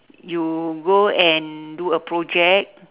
you go and do a project